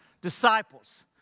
disciples